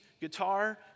guitar